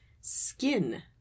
Skin